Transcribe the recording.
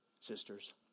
sisters